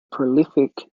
prolific